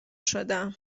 شدم